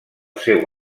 seu